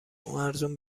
ارزون